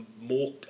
more